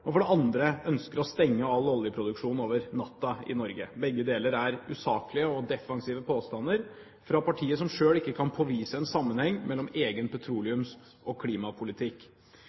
og som for det andre ønsker å stenge all oljeproduksjon i Norge over natta. Begge deler er usaklige og defensive påstander fra partiet som selv ikke kan påvise en sammenheng mellom egen petroleumspolitikk og klimapolitikk.